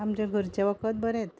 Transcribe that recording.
आमचें घरचें वखद बरेंत